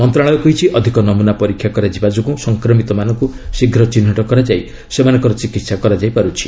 ମନ୍ତ୍ରଣାଳୟ କହିଛି ଅଧିକ ନମ୍ରନା ପରୀକ୍ଷା କରାଯିବା ଯୋଗୁଁ ସଂକ୍ରମିତମାନଙ୍କୁ ଶୀଘ୍ର ଚିହ୍ନଟ କରାଯାଇ ସେମାନଙ୍କର ଚିକିତ୍ସା କରାଯାଇପାରୁଛି